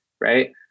Right